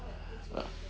uh